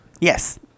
Yes